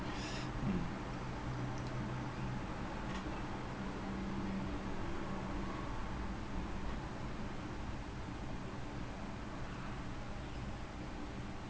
mm